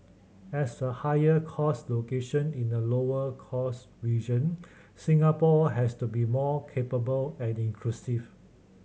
as a higher cost location in a lower cost region Singapore has to be more capable and inclusive